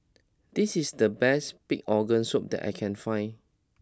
this is the best Pig Organ Soup that I can find